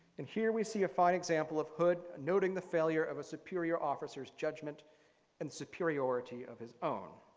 and here we see a fine example of hood noting the failure of a superior officer's judgment in superiority of his own.